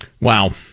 Wow